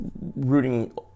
rooting